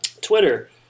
Twitter